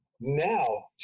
Now